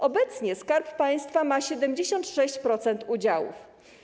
Obecnie Skarb Państwa ma 76% udziałów.